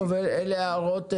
טוב, אלו הערות ספציפיות,